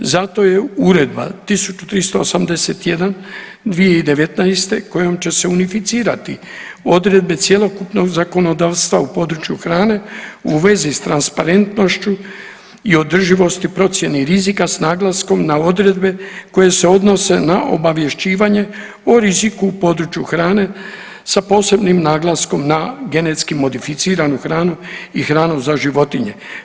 Zato je Uredba 1381 2019. kojom će se unificirati odredbe cjelokupnog zakonodavstva u području hrane u vezi s transparentnošću i održivosti procjeni rizika s naglaskom na odredbe koje se odnose na obavješćivanje o riziku u području hrane sa posebnim naglaskom na genetski modificiranu hranu i hranu za životinje.